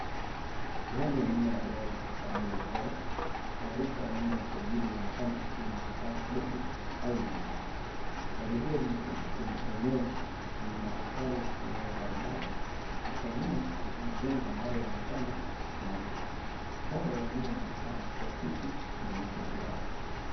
Sehemu ya nyuma ya gari ya rangi ya fedha. Taarifa ya namba ya usajili yaonekana ikiwa imechakaa kidogo au ina uchafu. Gari hilo limegeshwa kwenye eneo lenye matofali ya kutengeneza barabara na kwa nyuma kuna majengo ambayo yaonekana na maduka. Mwanga wa jua unaonekana kuakisi kwenye uso wa gari.